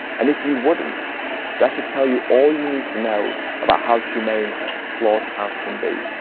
and if you wouldn't that should tell you all you need to know about how humane a slaughterhouse can be.